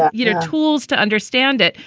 you know, tools to understand it.